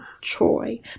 troy